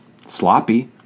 sloppy